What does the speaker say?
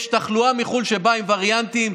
יש תחלואה מחו"ל שבאה עם וריאנטים,